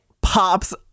pops